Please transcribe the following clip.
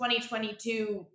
2022